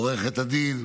עורכת הדין,